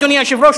אדוני היושב-ראש,